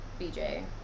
BJ